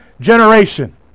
generation